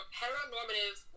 heteronormative